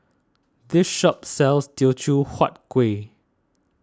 this shop sells Teochew Huat Kueh